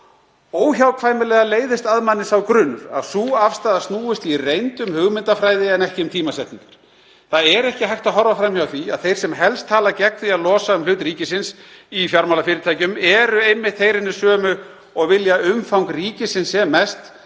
góma. Óhjákvæmilega læðist að manni sá grunur að sú afstaða snúist í reynd um hugmyndafræði en ekki um tímasetningar. Það er ekki hægt að horfa fram hjá því að þeir sem helst tala gegn því að losa um hlut ríkisins í fjármálafyrirtækjum eru einmitt þeir hinir sömu og vilja umfang ríkisins sem mest,